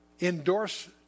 endorse